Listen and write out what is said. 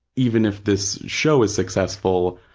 even if this show is successful,